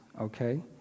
okay